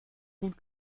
gut